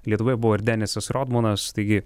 lietuvoje buvo ir denisas rodmanas taigi